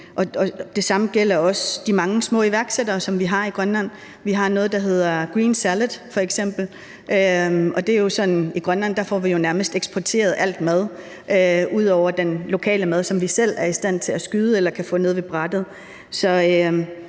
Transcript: det samme gælder også de mange små iværksættere, som vi har i Grønland. Vi har f.eks. noget, der hedder green salad. I Grønland får vi jo nærmest eksporteret alt mad ud over den lokale mad, som vi selv er i stand til at skyde eller kan få nede ved Brættet.